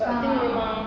but tu memang